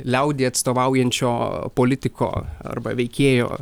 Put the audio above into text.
liaudį atstovaujančio politiko arba veikėjo